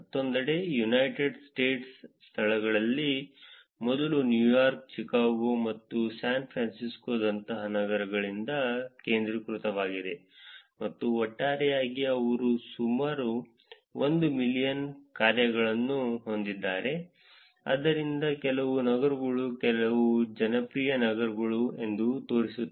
ಮತ್ತೊಂದೆಡೆ ಯುನೈಟೆಡ್ ಸ್ಟೇಟ್ಸ್ನ ಸ್ಥಳಗಳಲ್ಲಿ ಮೊದಲ ನ್ಯೂಯಾರ್ಕ್ ಚಿಕಾಗೊ ಮತ್ತು ಸ್ಯಾನ್ ಫ್ರಾನ್ಸಿಸ್ಕೋದಂತಹ ನಗರಗಳಲ್ಲಿ ಕೇಂದ್ರೀಕೃತವಾಗಿದೆ ಮತ್ತು ಒಟ್ಟಾರೆಯಾಗಿ ಅವರು ಸುಮಾರು 1 ಮಿಲಿಯನ್ ಕಾರ್ಯಗಳನ್ನು ಹೊಂದಿದ್ದಾರೆ ಆದ್ದರಿಂದ ಕೆಲವು ನಗರಗಳು ಕೆಲವು ಜನಪ್ರಿಯ ನಗರಗಳು ಎಂದು ತೋರಿಸುತ್ತದೆ